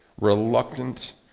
reluctant